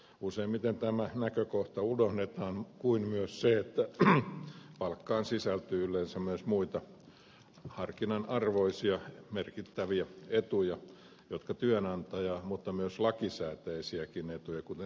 useimmiten tämä näkökohta unohdetaan kuin myös se että palkkaan sisältyy yleensä myös muita harkinnan arvoisia merkittäviä etuja jotka työnantaja maksaa mutta myös lakisääteisiäkin etuja kuten sairasajan palkka